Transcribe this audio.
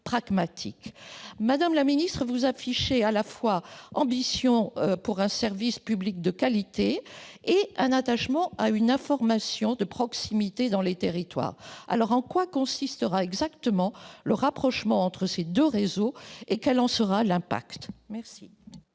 Madame la ministre, vous affichez à la fois une ambition pour un service public de qualité et un attachement à une offre d'information de proximité dans les territoires. Dès lors, en quoi consistera exactement le rapprochement entre ces deux réseaux, et quel en sera l'impact ?